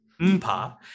mpa